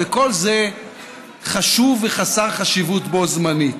וכל זה חשוב וחסר חשיבות בו-זמנית: